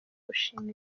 gushima